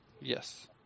Yes